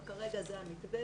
אבל כרגע זה המתווה.